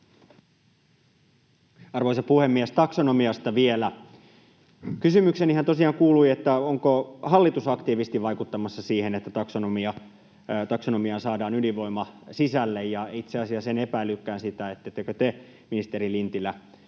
Arvoisa puhemies! Taksonomiasta vielä: Kysymyksenihän tosiaan kuului, onko hallitus aktiivisesti vaikuttamassa siihen, että taksonomiaan saadaan ydinvoima sisälle. Itse asiassa en epäillytkään sitä, ettettekö te, ministeri Lintilä,